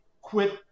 quit